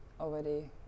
already